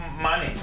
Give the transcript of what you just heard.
money